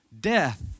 death